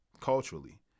culturally